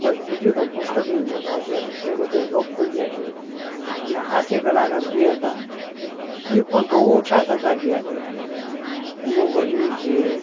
બસ બીજો તો પુસ્તકની અંદર તો અત્યારે છે બધું લોક થઈ ગયાં છે અને હાસ્ય કલાકાર જે હતા એ પણ બહુ ઓછા થતાં ગયાં છે હેમુ ગઢવી છે